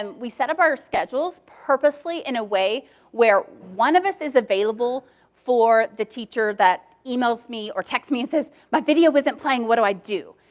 and we set up our schedules purposefully in a way where one of us is available for the teacher that emails me or texts me and says, my video isn't playing. what do i do?